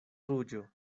ruĝo